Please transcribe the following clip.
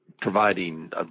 providing